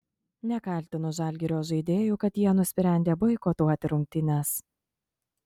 nekaltinu žalgirio žaidėjų kad jie nusprendė boikotuoti rungtynes